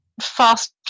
Fast